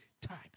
time